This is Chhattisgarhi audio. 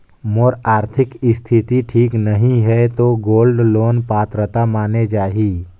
मोर आरथिक स्थिति ठीक नहीं है तो गोल्ड लोन पात्रता माने जाहि?